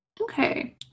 okay